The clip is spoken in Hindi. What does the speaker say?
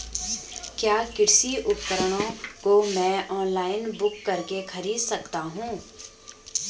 क्या कृषि उपकरणों को मैं ऑनलाइन बुक करके खरीद सकता हूँ?